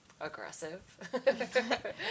Aggressive